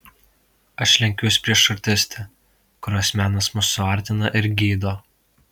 aš lenkiuos prieš artistę kurios menas mus suartina ir gydo